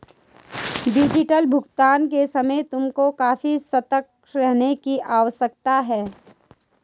digital भुगतान के समय तुमको काफी सतर्क रहने की आवश्यकता है